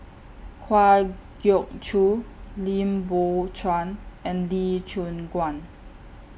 Kwa Geok Choo Lim Biow Chuan and Lee Choon Guan